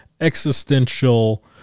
existential